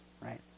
Right